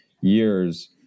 years